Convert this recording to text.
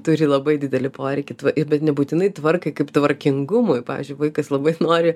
turi labai didelį poreikį ir bet nebūtinai tvarkai kaip tvarkingumui pavyzdžiui vaikas labai nori